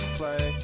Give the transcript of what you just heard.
play